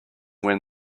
when